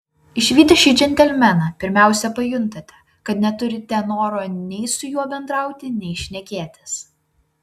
išvydę šį džentelmeną pirmiausia pajuntate kad neturite noro nei su juo bendrauti nei šnekėtis